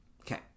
Okay